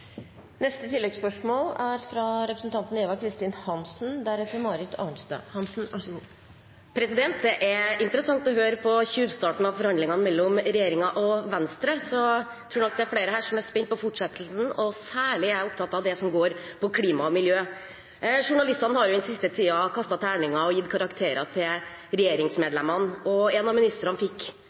Eva Kristin Hansen – til oppfølgingsspørsmål. Det er interessant å høre på tjuvstarten av forhandlingene mellom regjeringen og Venstre. Jeg tror nok det er flere her som er spent på fortsettelsen, og særlig er jeg opptatt av det som går på klima og miljø. Journalistene har jo i den siste tiden kastet terninger og gitt karakterer til regjeringsmedlemmene. En av ministrene fikk